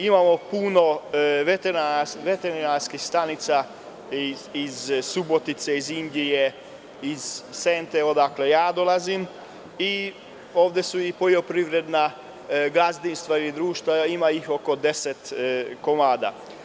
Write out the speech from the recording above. Imamo puno veterinarskih stanica iz Subotice, iz Inđije, iz Sente odakle ja dolazim i ovde su poljoprivredna gazdinstva i društva, ima ih oko 10 komada.